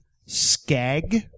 Skag